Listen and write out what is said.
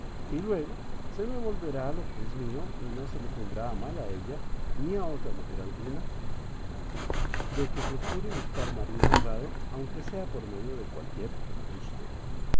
y luego se me volverá lo que es mío y no se le tendrá a mal a ella ni a otra mujer alguna de que procure buscar marido honrado a unque sea por medio de cualquier embuste